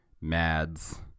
Mads